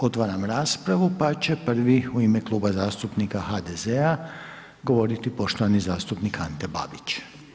Otvaram raspravu pa će prvi u ime Klua zastupnika HDZ-a govoriti poštovani zastupnik Ante Babić.